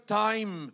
time